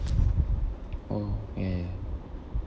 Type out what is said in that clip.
oh ya ya ya